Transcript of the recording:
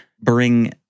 bring